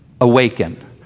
Awaken